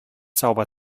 sauber